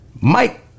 Mike